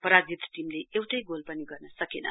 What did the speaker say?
पराजित टीमले एउटै गोल पनि गर्न सकेन